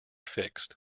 fixed